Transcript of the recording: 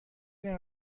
این